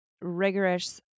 rigorous